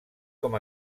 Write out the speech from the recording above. com